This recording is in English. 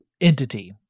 entity